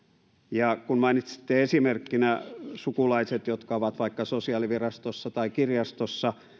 ja kun mainitsitte esimerkkinä sukulaiset jotka ovat töissä vaikka sosiaalivirastossa tai kirjastossa